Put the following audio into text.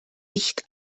nicht